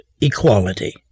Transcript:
equality